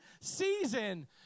season